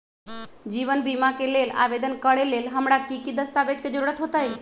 जीवन बीमा के लेल आवेदन करे लेल हमरा की की दस्तावेज के जरूरत होतई?